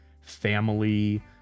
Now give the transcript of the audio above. family